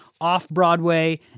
off-Broadway